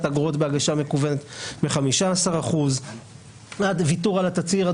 אגרות בהגשה מקוונת ב-15% ועד ויתור על התצהיר.